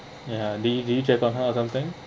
ya did did you check on her or something